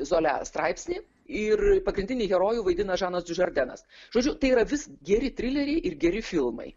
zolia straipsnį ir pagrindinį herojų vaidina žanas du žardenas žodžiu tai yra vis geri trileriai ir geri filmai